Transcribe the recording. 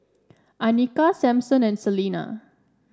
Anika Sampson and Celina